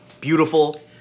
beautiful